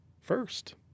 first